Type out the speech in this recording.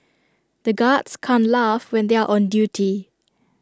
the guards can't laugh when they are on duty